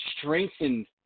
strengthened